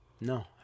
No